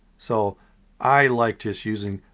so i like just using,